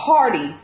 Party